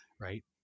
right